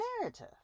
narrative